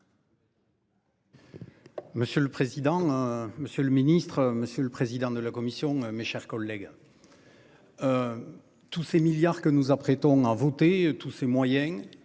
Monsieur le président. Monsieur le Ministre, monsieur le président de la Commission. Mes chers collègues. Tous ces milliards que nous nous apprêtons à voter tous ses moyens.